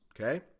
okay